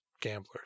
gamblers